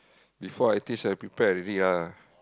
before I teach I prepare already ah